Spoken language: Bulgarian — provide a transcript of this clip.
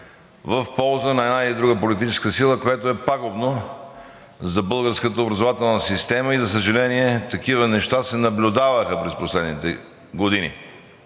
в полза на една или друга политическа сила, което е пагубно за българската образователна система и за съжаление, такива неща се наблюдаваха през последните години.